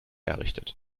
errichtet